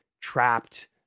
trapped